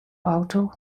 auto